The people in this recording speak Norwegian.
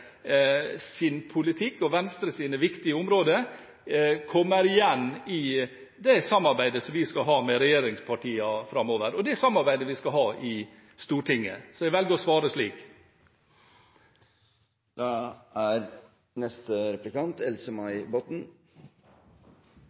viktige områder kommer igjen i det samarbeidet som vi skal ha med regjeringspartiene framover, og i det samarbeidet vi skal ha i Stortinget. Jeg velger å svare slik. Venstres representant er